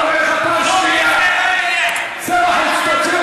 עד שהכחילו לי הידיים: עד שהעם הפלסטיני לא